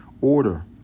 order